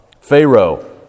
Pharaoh